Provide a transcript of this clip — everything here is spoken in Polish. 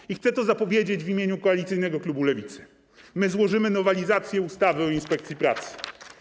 I chcę to zapowiedzieć w imieniu Koalicyjnego Klubu Lewicy: złożymy nowelizację ustawy o inspekcji pracy.